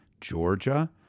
Georgia